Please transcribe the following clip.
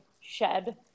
shed